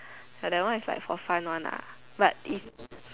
ya that one is like for fun one lah but if